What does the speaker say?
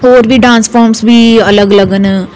और बी dance form बी अलग अलग न